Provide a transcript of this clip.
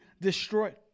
destroyed